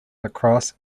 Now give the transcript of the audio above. lacrosse